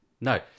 No